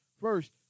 First